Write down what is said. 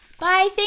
Bye